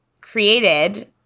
created